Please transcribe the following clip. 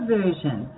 version